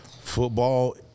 football